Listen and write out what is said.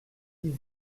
huit